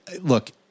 look